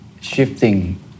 shifting